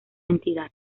entidad